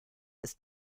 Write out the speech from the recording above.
ist